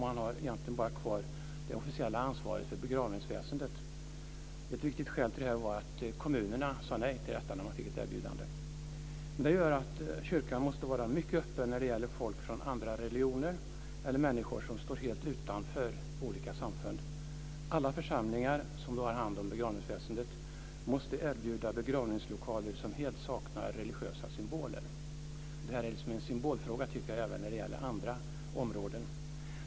Man har egentligen bara kvar det officiella ansvaret för begravningsväsendet. Ett viktigt skäl till det var att kommunerna sade nej när de blev erbjudna att ta över. Detta gör att kyrkan måste vara mycket öppen när det gäller folk med andra religioner eller människor som står helt utanför olika samfund. Alla församlingar som har hand om begravningsväsendet måste erbjuda begravningslokaler som helt saknar religiösa symboler. Detta är en symbolfråga även när det gäller andra områden.